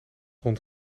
rond